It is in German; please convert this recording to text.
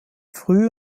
früh